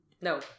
No